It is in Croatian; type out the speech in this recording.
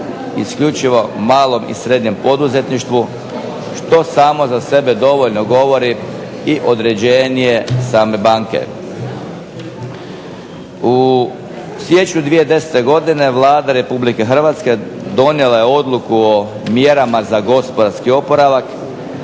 isključivo malom i srednjem poduzetništvu što samo za sebe dovoljno govori i određenje same banke. U siječnju 2010. godine Vlada Republike Hrvatske donijela je odluku o mjerama za gospodarski oporavak